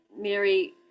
Mary